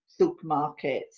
supermarkets